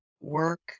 work